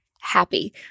Happy